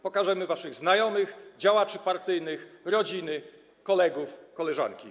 Pokażemy waszych znajomych, działaczy partyjnych, rodziny, kolegów, koleżanki.